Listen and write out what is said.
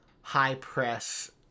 high-press